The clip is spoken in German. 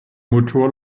motor